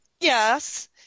yes